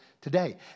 today